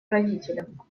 родителям